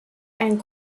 ein